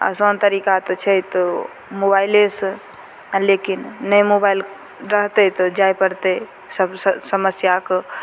आसान तरीका तऽ छै तऽ मोबाइलेसे आओर लेकिन नहि मोबाइल रहतै तऽ जाए पड़तै सबसे समस्याके